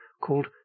called